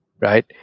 right